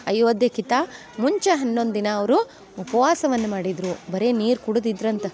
ಅಯೋಧ್ಯೆ ಕಿತ ಮುಂಚೆ ಹನ್ನೊಂದು ದಿನ ಅವರು ಉಪವಾಸವನ್ನು ಮಾಡಿದರು ಬರೇ ನೀರು ಕುಡಿದಿದ್ರಂತೆ